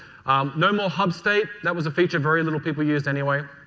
no more hub state. that was a feature very little people used anyway.